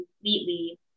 completely